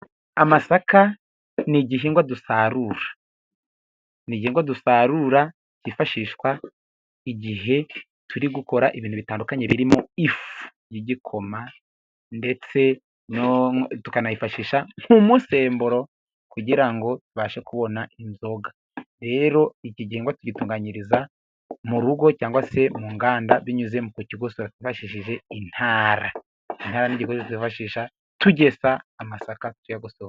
Amasaka ni igihingwa dusarura. Nigihingwa dusarura cyifashishwa igihe turi gukora ibintu bitandukanye birimo ifu y'igikoma ndetse tukanayifashisha nk'umusemburo kugira ngo tubashe kubona inzoga. Rero ikigihingwa tugitunganyiriza mu rugo cyangwa se mu nganda binyuze mukukigosora twifashishije intara intara n'igikoresho twifashisha tugesa amasaka tuyagosora.